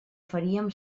faríem